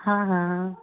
हँ हँ